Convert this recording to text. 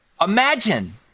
Imagine